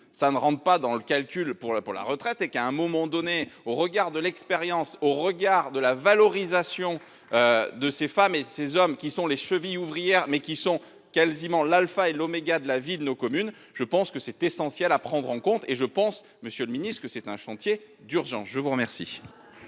ça ne rentre pas dans le calcul pour la pour la retraite et qu'à un moment donné, au regard de l'expérience au regard de la valorisation. De ces femmes et ces hommes qui sont les chevilles ouvrières mais qui sont quasiment l'Alpha et l'oméga de la vie de nos communes. Je pense que c'est essentiel à prendre en compte et je pense Monsieur le Ministre, que c'est un chantier d'urgence. Je vous remercie.